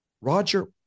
Roger